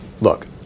Look